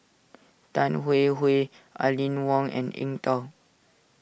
Tan Hwee Hwee Aline Wong and Eng Tow